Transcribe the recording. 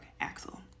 Axel